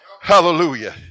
Hallelujah